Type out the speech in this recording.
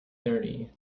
thirty